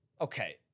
okay